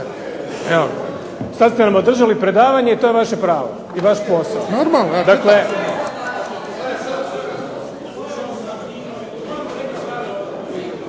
Sada ste nam održali predavanje i to je vaše pravo i vaš posao. ...